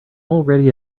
already